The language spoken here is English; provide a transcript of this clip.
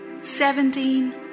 seventeen